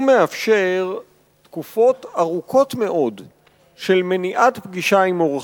הוא מאפשר תקופות ארוכות מאוד של מניעת פגישה עם עורך-דין.